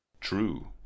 True